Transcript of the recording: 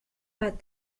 but